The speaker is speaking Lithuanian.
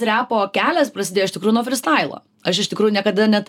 repo kelias prasidėjo iš tikrųjų nuo frystailo aš iš tikrųjų niekada net